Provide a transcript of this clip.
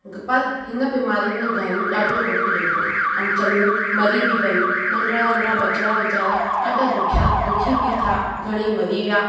पर हिन बीमारीअ में गांहियुनि ॾाढो दुखु ॾिठो ऐं चङियूं मरी बि वियूं नंढिड़ा नंढिड़ा बचड़ा वीचारा ॾाढा दुखिया दुखी बि थिया घणेई मरी विया